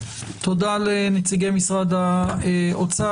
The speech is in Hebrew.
תודה לנציגי משרד האוצר.